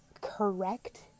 correct